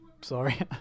Sorry